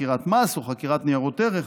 בחקירת מס או בחקירת ניירות ערך,